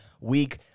week